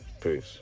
Peace